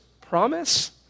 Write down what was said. promise